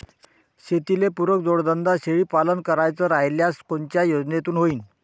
शेतीले पुरक जोडधंदा शेळीपालन करायचा राह्यल्यास कोनच्या योजनेतून होईन?